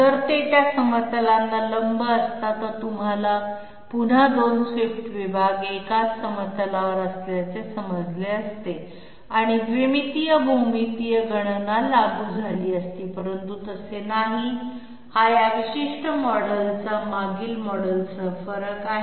जर ते त्या समतलाना लंब असता तर तुम्हाला पुन्हा 2 स्वीप्ट विभाग एकाच समतलावर असल्याचे समजले असते आणि द्विमितीय भौमितीय गणना लागू झाली असती परंतु तसे नाही हा या विशिष्ट मॉडेलचा मागील मॉडेलसह फरक आहे